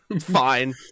Fine